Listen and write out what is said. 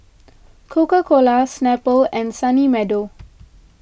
Coca Cola Snapple and Sunny Meadow